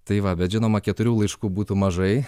tai va bet žinoma keturių laiškų būtų mažai